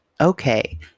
Okay